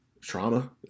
trauma